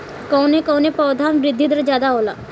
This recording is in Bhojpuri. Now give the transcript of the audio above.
कवन कवने पौधा में वृद्धि दर ज्यादा होला?